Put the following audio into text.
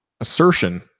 assertion